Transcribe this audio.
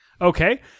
okay